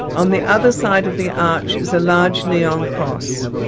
on the other side of the arch is a large neon cross.